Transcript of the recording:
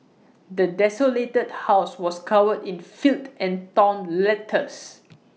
the desolated house was covered in filth and torn letters